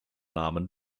namen